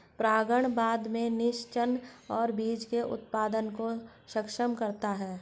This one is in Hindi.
परागण बाद में निषेचन और बीज के उत्पादन को सक्षम करता है